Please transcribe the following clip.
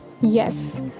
Yes